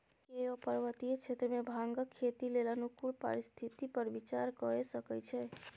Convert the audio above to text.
केओ पर्वतीय क्षेत्र मे भांगक खेती लेल अनुकूल परिस्थिति पर विचार कए सकै छै